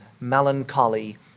melancholy